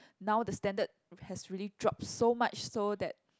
now the standard has really drop so much so that